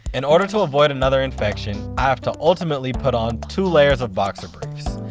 in order to avoid another infection i have to ultimately put on two layers of boxer briefs.